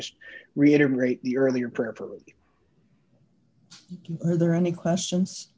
just reiterate the earlier prayer for are there any questions